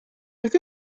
beth